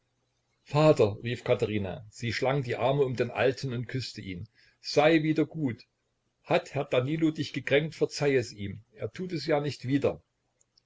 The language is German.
vater rief katherina sie schlang die arme um den alten und küßte ihn sei wieder gut hat herr danilo dich gekränkt verzeih es ihm er tut es ja nicht wieder